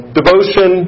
devotion